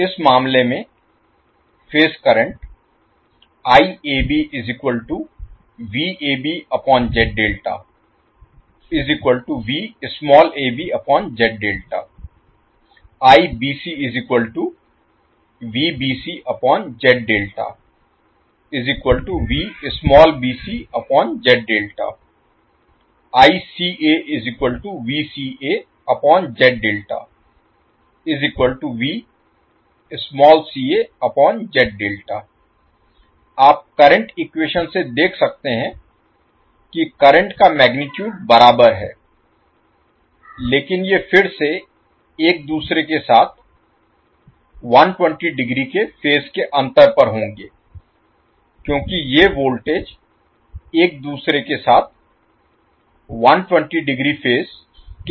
इस मामले में फेज करंट आप करंट इक्वेशन से देख सकते हैं कि करंट का मैगनीटुड बराबर है लेकिन ये फिर से एक दूसरे के साथ 120 डिग्री के फेज के अंतर पर होंगे क्योंकि ये वोल्टेज एक दूसरे के साथ 120 डिग्री फेज के अंतर पर हैं